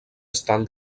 estan